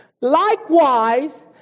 likewise